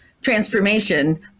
transformation